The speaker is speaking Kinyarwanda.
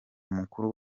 mukuru